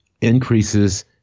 increases